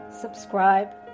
Subscribe